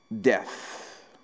death